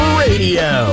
radio